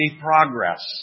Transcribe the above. progress